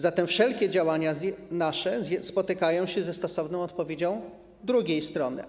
Zatem wszelkie nasze działania spotykają się ze stosowną odpowiedzią drugiej strony.